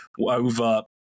over